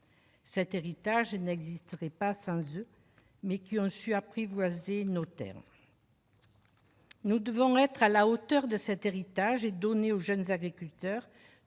Cet héritage n'existerait pas sans ceux qui ont su apprivoiser nos terres. Nous devons être à la hauteur de cet héritage, et donner aux jeunes agriculteurs